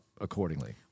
accordingly